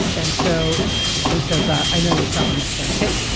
and so he says, i know you're selling this tape.